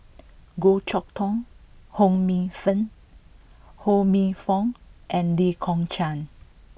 Goh Chok Tong Ho Minfong and Lee Kong Chian